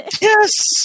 Yes